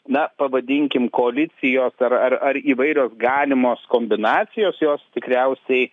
na pavadinkim koalicijos ar ar įvairios galimos kombinacijos jos tikriausiai